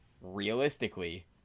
realistically